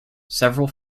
several